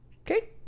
Okay